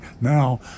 Now